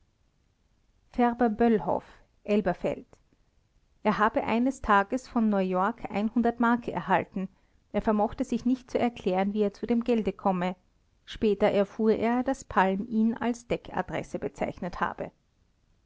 färber böllhoff elberfeld er habe eines tages von neuyork mark erhalten er vermochte sich nicht zu erklären wie er zu dem gelde komme später erfuhr er daß palm ihn als deckadresse bezeichnet habe